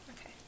Okay